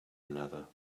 another